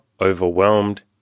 overwhelmed